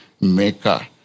maker